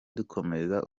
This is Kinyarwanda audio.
dukomeza